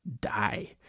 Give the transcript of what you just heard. die